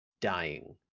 dying